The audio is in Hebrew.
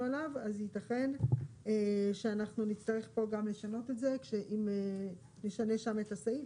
עליו אז יתכן שאנחנו נצטרך פה גם לשנות את זה אם נשנה שם את הסעיף,